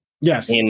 Yes